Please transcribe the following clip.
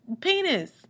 penis